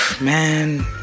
man